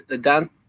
dan